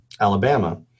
Alabama